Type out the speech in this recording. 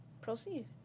proceed